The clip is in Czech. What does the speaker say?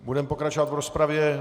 Budeme pokračovat v rozpravě.